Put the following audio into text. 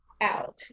out